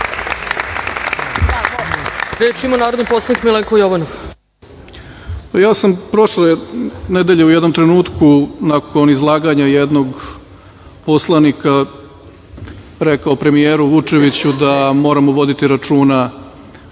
Jovanov. Izvolite. **Milenko Jovanov** Ja sam prošle nedelje u jednom trenutku nakon izlaganja jednog poslanika rekao premijeru Vučeviću da moramo voditi računa